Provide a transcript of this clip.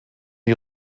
die